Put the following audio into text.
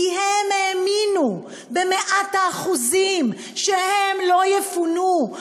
כי הם האמינו במאת האחוזים שהם לא יפונו.